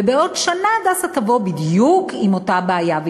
ובעוד שנה "הדסה" יבוא עם אותה בעיה בדיוק,